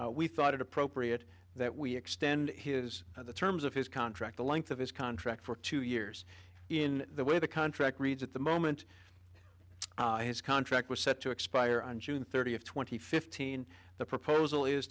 future we thought it appropriate that we extend his the terms of his contract the length of his contract for two years in the way the contract reads at the moment his contract was set to expire on june thirtieth twenty fifteen the proposal is